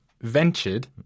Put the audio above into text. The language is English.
ventured